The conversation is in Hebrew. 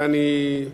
ואני,